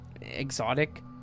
exotic